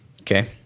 Okay